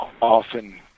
often